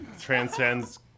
Transcends